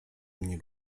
mnie